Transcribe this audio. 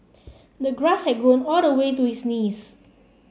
the grass had grown all the way to his knees